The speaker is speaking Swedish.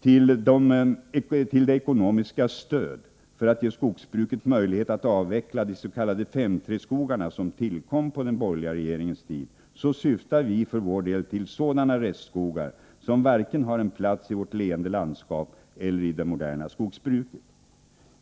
till det ekonomiska stöd för att ge skogsbruket möjlighet att avveckla de s.k. 5:3-skogarna som tillkom på den borgerliga regeringens tid, avser vi för vår del sådana restskogar som inte har en plats vare sig i vårt leende landskap eller i det moderna skogsbruket.